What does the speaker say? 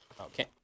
Okay